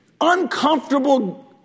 uncomfortable